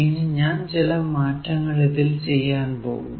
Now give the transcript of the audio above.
ഇനി ഞാൻ ചില മാറ്റങ്ങൾ ഇതിൽ ചെയ്യാൻ പോകുന്നു